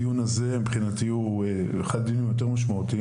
הדיון הזה הוא אחד מהדיונים היותר משמעותיים.